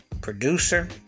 producer